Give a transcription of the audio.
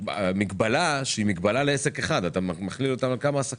ומגבלה על עסק אחד אתה מכליל על כמה עסקים.